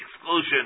exclusion